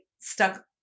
stuck